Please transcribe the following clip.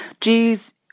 Jews